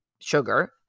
sugar